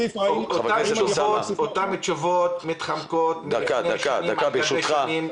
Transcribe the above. אותן תשובות מתחמקות מלפני שנים על גבי שנים.